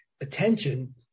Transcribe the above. attention